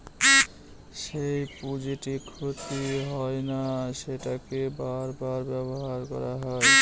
যেই পুঁজিটি ক্ষতি হয় না সেটাকে বার বার ব্যবহার করা হয়